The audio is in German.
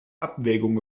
abwägung